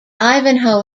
ivanhoe